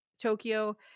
Tokyo